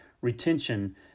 retention